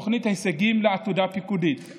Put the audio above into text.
תוכנית הישגים לעתודה פיקודית,